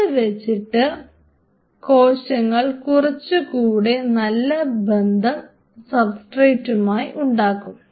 അത് വെച്ചിട്ട് കോശങ്ങൾ കുറച്ചുകൂടെ നല്ല ബന്ധം സബ്സ്ട്രേറ്റുമായി ഉണ്ടാകും